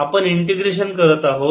आपण इंटिग्रेशन करत आहोत